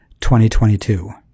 2022